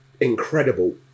incredible